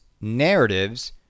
narratives